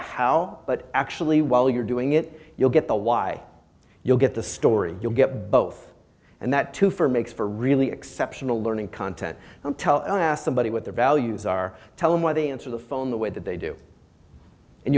how but actually while you're doing it you'll get the why you'll get the story you'll get both and that too for makes for really exceptional learning content tell somebody what their values are tell them why they answer the phone the way that they do and